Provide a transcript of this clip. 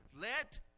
let